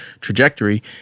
trajectory